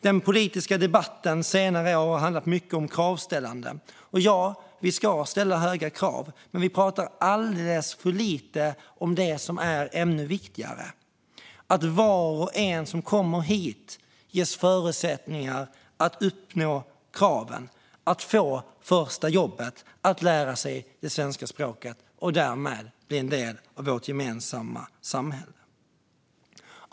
Den politiska debatten under senare år har handlat mycket om kravställande. Och ja, vi ska ställa höga krav. Men vi pratar alldeles för lite om det som är ännu viktigare: att var och en som kommer hit ges förutsättningar att uppnå kraven, att få första jobbet och att lära sig det svenska språket och därmed bli en del av vårt gemensamma samhälle.